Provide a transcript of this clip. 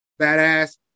badass